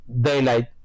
daylight